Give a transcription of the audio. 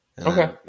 Okay